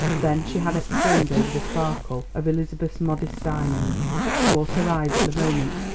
then she had exclaimed over the sparkle of elizabeth's modest diamond, which caught her eyes at the moment,